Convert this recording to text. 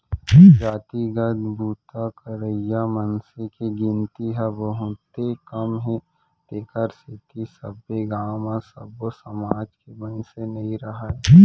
जातिगत बूता करइया मनसे के गिनती ह बहुते कम हे तेखर सेती सब्बे गाँव म सब्बो समाज के मनसे नइ राहय